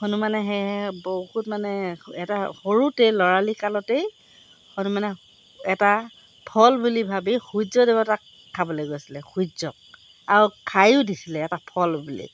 হনুমানে সেয়েহে বহুত মানে এটা সৰুতে ল'ৰালি কালতেই হনুমানে এটা ফল বুলি ভাবি সূৰ্যদেৱতাক খাবলৈ গৈছিলে সূৰ্যক আৰু খাইয়ো দিছিলে এটা ফল বুলি